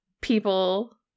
people